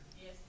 Yes